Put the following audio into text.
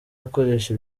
akoresha